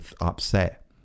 upset